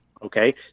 Okay